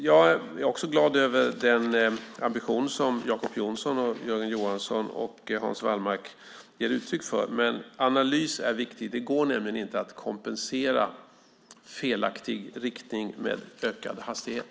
Jag är också glad över den ambition som Jacob Johnson, Jörgen Johansson och Hans Wallmark ger uttryck för, men analys är viktig. Det går inte att kompensera felaktig riktning med ökad hastighet.